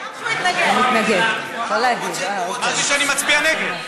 אמרתי שאני מצביע נגד.